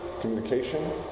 communication